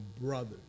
brothers